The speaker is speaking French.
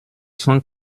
cent